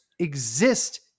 exist